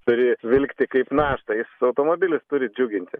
turi vilkti kaip naštą jis automobilis turi džiuginti